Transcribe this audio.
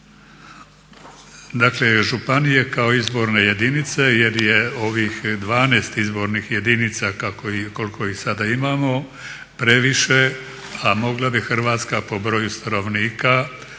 Dakle, županije kao izborne jedinice jer je ovih 12 izbornih jedinica koliko ih sada imamo previše, a mogla bi Hrvatska po broju stanovnika jedan